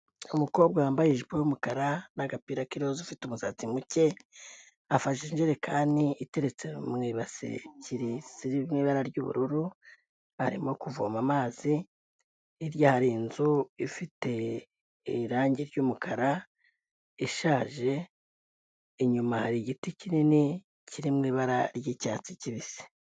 Umukobwa yambaye ijipo y'umukara n'agapira k'iroza ufite umusatsi muke, afashe injerekani iteretse mu ibase iri mu ibara ry'ubururu, arimo kuvoma amazi, hirya hari inzu ifite irangi ry'umukara ishaje, inyuma hari igiti kinini kiri mu ibara ry'icyatsi kibisi.